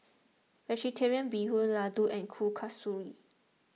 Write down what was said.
Vegetarian Bee Hoon Laddu and Kuih Kasturi